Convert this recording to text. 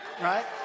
Right